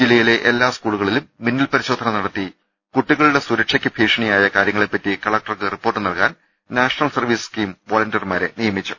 ജില്ല യിലെ എല്ലാ സ്കൂളുകളിലും മിന്നൽപരിശോധന നടത്തി കുട്ടി കളുടെ സുരക്ഷയ്ക്ക് ഭീഷണിയായ കാര്യങ്ങളെപ്പറ്റി കല ക്ടർക്ക് റിപ്പോർട്ട് നൽകാൻ നാഷണൽ സർവീസ് സ്കീം വൊളണ്ടിയർമാരെ നിയമിച്ചു